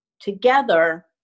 together